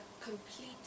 complete